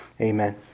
Amen